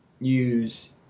use